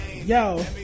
yo